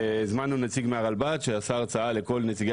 הזמנו נציג מהרלב"ד שעשה הרצאה לכל נציגי